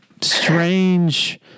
strange